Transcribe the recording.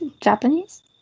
Japanese